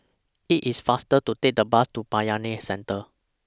IT IS faster to Take The Bus to Bayanihan Centre